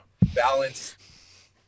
balance